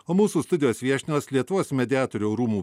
o mūsų studijos viešnios lietuvos mediatorių rūmų